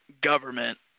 government